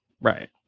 right